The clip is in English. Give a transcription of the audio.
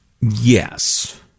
Yes